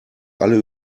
alle